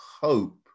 hope